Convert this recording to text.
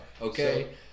okay